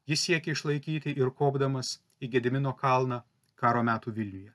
jis siekė išlaikyti ir kopdamas į gedimino kalną karo metų vilniuje